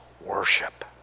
worship